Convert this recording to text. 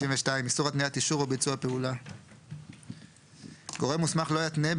איסור התניית אישור או ביצוע פעולה 52. גורם מוסמך לא יתנה,